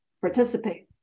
participate